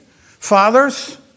Fathers